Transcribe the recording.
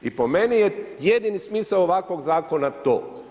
I po meni je jedini smisao ovakvog zakona to.